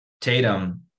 Tatum